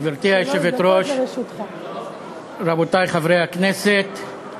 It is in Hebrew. היושבת-ראש, רבותי חברי הכנסת,